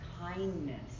kindness